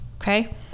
okay